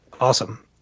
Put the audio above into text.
Awesome